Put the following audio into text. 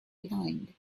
behind